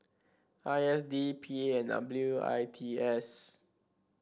I S D P A and W I T S